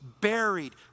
Buried